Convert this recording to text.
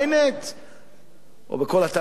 או בכל אתר אחר, ואנחנו מופתעים.